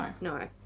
No